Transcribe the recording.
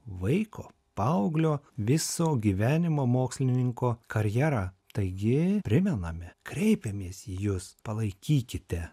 vaiko paauglio viso gyvenimo mokslininko karjerą taigi primename kreipiamės į jus palaikykite